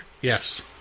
Yes